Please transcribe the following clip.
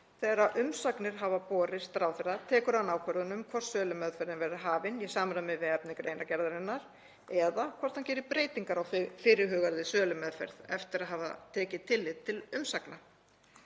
Þegar umsagnir hafa borist ráðherra tekur hann ákvörðun um hvort sölumeðferð verði hafin í samræmi við efni greinargerðarinnar eða hvort hann gerir breytingar á fyrirhugaðri sölumeðferð eftir að hafa tekið tillit til umsagna.